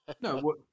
No